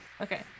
Okay